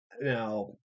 Now